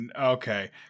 okay